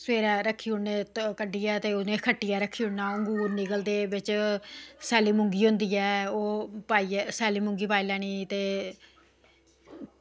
सबैहरे रक्खी ओड़ने ते कड्ढियै ते उनें ई खट्टियै रक्खी ओड़ना ङूर निकलदे बिच सैल्ली मूुगी होंदी ऐ ओह् पाइयै ते सैल्ली मूुगी पाई लैनी ते